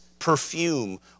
perfume